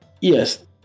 Yes